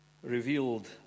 Revealed